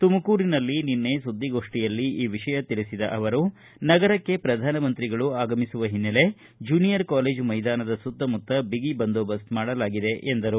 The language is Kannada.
ತುಮಕೂರಿನಲ್ಲಿ ನಿನ್ನೆ ಸುದ್ದಿಗೋಷ್ಠಿಯಲ್ಲಿ ಈ ವಿಷಯ ತಿಳಿಸಿದ ಅವರು ನಗರಕ್ಕೆ ಪ್ರಧಾನ ಮಂತ್ರಿಗಳು ಆಗಮಿಸುವ ಹಿನ್ನೆಲೆ ಜೂನಿಯರ್ ಕಾಲೇಜು ಮೈದಾನದ ಸುತ್ತಮುತ್ತ ಬಿಗಿ ಬಂದೋಬಸ್ತ್ ಮಾಡಲಾಗಿದೆ ಎಂದರು